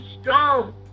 strong